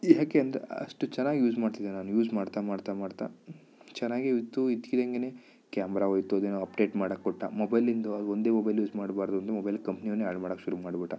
ಯಾಕೆ ಅಂದ್ರೆ ಅಷ್ಟು ಚೆನ್ನಾಗಿ ಯೂಸ್ ಮಾಡ್ತಿದ್ದೆ ನಾನು ಯೂಸ್ ಮಾಡ್ತಾ ಮಾಡ್ತಾ ಮಾಡ್ತಾ ಚೆನ್ನಾಗೆ ಇತ್ತು ಇದ್ಕಿದ್ದಂಗೆಯೆ ಕ್ಯಾಮ್ರಾ ಹೋಯ್ತು ಅದೇನೋ ಅಪ್ಡೇಟ್ ಮಾಡೋಕ್ಕೆ ಕೊಟ್ಟ ಮೊಬೈಲಿಂದು ಅದು ಒಂದೇ ಮೊಬೈಲ್ ಯೂಸ್ ಮಾಡಬಾರ್ದು ಒಂದು ಮೊಬೈಲ್ ಕಂಪ್ನಿಯವನೇ ಹಾಳು ಮಾಡೋಕ್ಕೆ ಶುರುಮಾಡಿಬಿಟ್ಟ